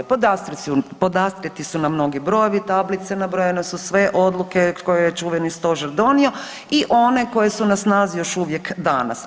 Podastrijeti su nam mnogi brojevi, tablice, nabrojene su sve odluke koje je čuveni Stožer donio i one koje su na snazi još uvijek danas.